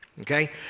Okay